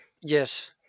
Yes